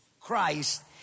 Christ